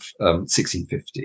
1650